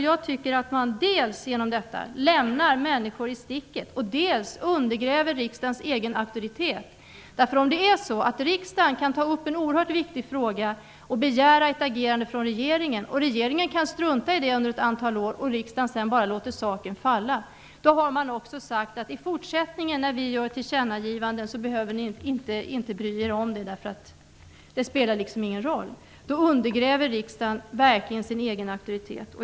Jag tycker att vi genom detta dels lämnar människor i sticket, dels undergräver riksdagens egen auktoritet. Riksdagen tar upp en oerhört viktig fråga och begär ett agerande från regeringen, och regeringen struntar i det under ett antal år. Om riksdagen då bara låter saken falla har man också sagt att regeringen inte behöver bry sig om de tillkännagivanden som görs i fortsättningen, för de spelar ingen roll. Då undergräver riksdagen verkligen sin egen auktoritet.